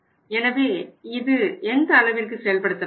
எனவே இது எந்த அளவிற்கு செயல்படுத்தப்பட்டது